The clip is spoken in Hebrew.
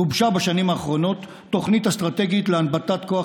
גובשה בשנים האחרונות תוכנית אסטרטגית להנבטת כוח